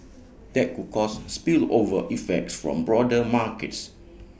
that could cause spillover effects form broader markets